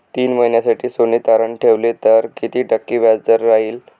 तीन महिन्यासाठी सोने तारण ठेवले तर किती टक्के व्याजदर राहिल?